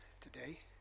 today